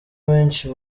abenshi